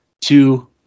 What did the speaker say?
two